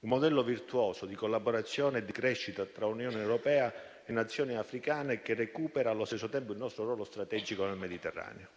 un modello virtuoso di collaborazione e di crescita tra Unione europea e Nazioni africane, che recupera allo stesso tempo il nostro ruolo strategico nel Mediterraneo.